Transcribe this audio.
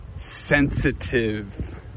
sensitive